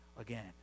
again